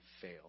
fail